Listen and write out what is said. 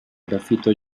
grafito